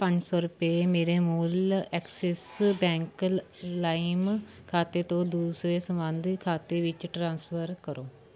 ਪੰਜ ਸੌ ਰੁਪਏ ਮੇਰੇ ਮੂਲ ਐਕਸਿਸ ਬੈਂਕ ਲਾਈਮ ਖਾਤੇ ਤੋਂ ਦੂਸਰੇ ਸੰਬੰਧਿਤ ਖਾਤੇ ਵਿੱਚ ਟ੍ਰਾਂਸਫਰ ਕਰੋ